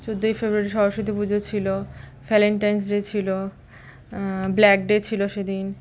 চোদ্দোই ফেব্রুয়ারি সরস্বতী পুজো ছিলো ভ্যালেন্টাইন্স ডে ছিলো ব্ল্যাক ডে ছিলো সেদিন